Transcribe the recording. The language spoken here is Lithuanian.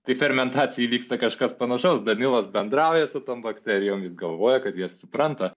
tai fermentacijoj įvyksta kažkas panašaus danilas bendrauja su tom bakterijom galvoja kad jas supranta